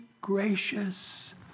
gracious